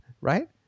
right